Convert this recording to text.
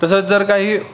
तसंच जर काही